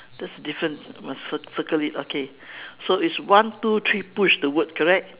that's difference must cir~ circle it okay so it's one two three push the word correct